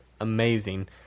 amazing